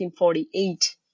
1948